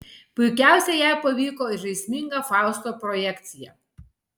puikiausiai jai pavyko ir žaisminga fausto projekcija